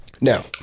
Now